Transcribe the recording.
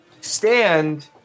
Stand